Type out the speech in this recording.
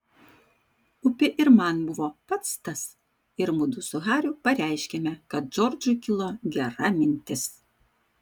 upė ir man buvo pats tas ir mudu su hariu pareiškėme kad džordžui kilo gera mintis